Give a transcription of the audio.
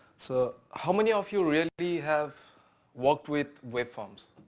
so how many of you really have worked with web forms?